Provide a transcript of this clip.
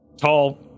tall